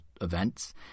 events